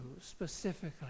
specifically